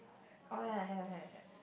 oh ya have have have